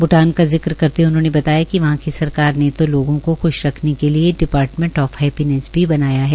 भूटान का जिक्र करते हए उन्होंने बताया कि वहां की सरकार ने तो लोगों को ख्श रखने के लिए डिपार्टमेंट ऑफ हैप्पीनेस भी बनाया है